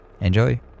Enjoy